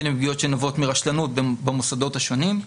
בין שפגיעות שנובעות מרשלנות במוסדות השונים.